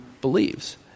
believes